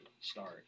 start